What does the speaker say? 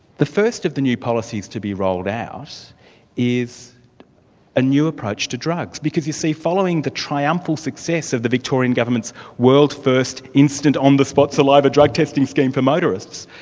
the first of the new policies to be rolled out is a new approach to drugs, because you see, following the triumphal success of the victorian government's world-first, instant, on-the-spot saliva drug testing scheme for motorists,